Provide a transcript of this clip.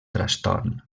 trastorn